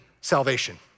salvation